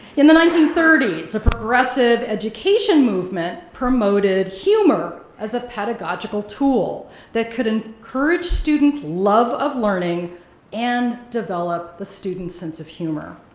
in the nineteen thirty s a progressive education movement promoted humor as a pedagogical tool that could encourage student's love of learning and develop the student's sense of humor.